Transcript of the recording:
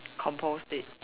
compost it